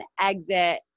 exit